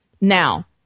Now